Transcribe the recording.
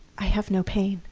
i have no pain!